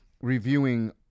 reviewing